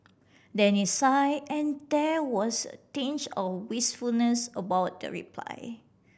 Danny sigh and there was a tinge of wistfulness about the reply